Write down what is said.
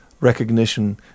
recognition